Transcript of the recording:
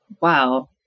wow